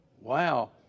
wow